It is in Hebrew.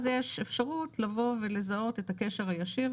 אז יש אפשרות לבוא ולזהות את הקשר הישיר,